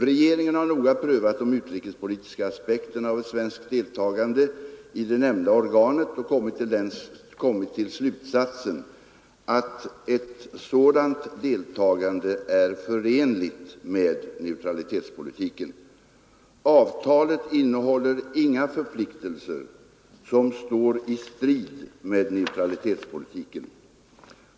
Regeringen har noga prövat de utrikespolitiska aspekterna av ett svenskt deltagande i det nämnda organet och kommit till slutsatsen, att ett sådant deltagande är förenligt med neutralitetspolitiken. Avtalet innehåller inga förpliktelser som står i strid med neutralitetspolitiken.